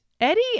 Eddie